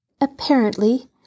Apparently